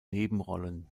nebenrollen